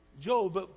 Job